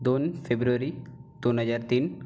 दोन फेब्रुवरी दोन हजार तीन